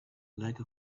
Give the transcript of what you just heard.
like